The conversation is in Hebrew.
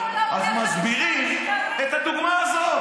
אז מסבירים את הדוגמה הזאת.